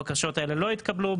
הבקשות האלה לא התקבלו.